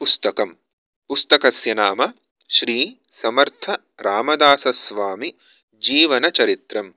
पुस्तकम् पुस्तकस्य नाम श्रीसमर्थरामदासस्वामी जीवनचरित्रम्